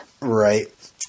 right